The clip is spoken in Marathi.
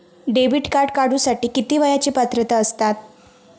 डेबिट कार्ड काढूसाठी किती वयाची पात्रता असतात?